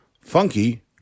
Funky